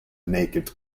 naked